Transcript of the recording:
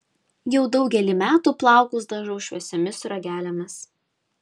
jau daugelį metų plaukus dažau šviesiomis sruogelėmis